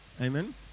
Amen